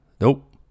Nope